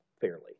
fairly